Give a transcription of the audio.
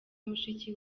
mushiki